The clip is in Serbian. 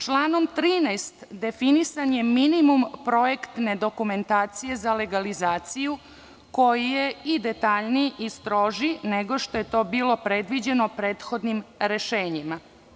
Članom 13. definisan je minimum projektne dokumentacije za legalizaciju koji je i detaljniji i strožiji nego što je to bilo predviđeno prethodnim rešenjima.